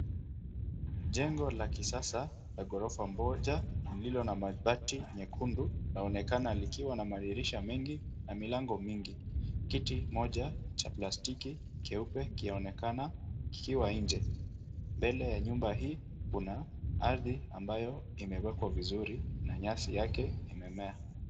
Jengo la kisasa la ghorofa moja lililo na mabati nyekundu laonekana likiwa na madirisha mengi na milango mingi. Kiti moja cha plastiki cheupe chaonekana kikiwa nje. Mbele ya nyumba hii kuna ardhi ambayo imewekwa vizuri na nyasi yake imemea.